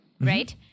right